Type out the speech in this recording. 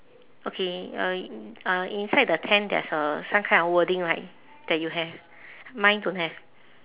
okay uh uh inside the tent there's uh some kind of wording right that you have mine don't have